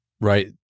right